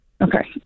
Okay